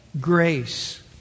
grace